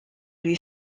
lui